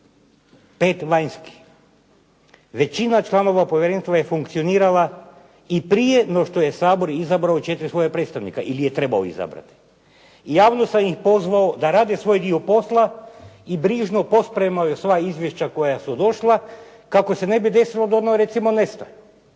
5 vanjskih. Većina članova povjerenstva je funkcionirala i prije no što je Sabor izabrao 4 svoja predstavnika ili je trebao izabrati. Javno sam ih pozvao da rade svoj dio posla, i brižno pospremaju sva izvješća koja su došla kako se ne bi desilo da ona recimo nestaju.